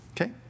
okay